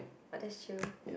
but that's true